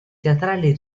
teatrali